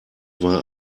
war